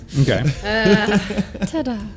okay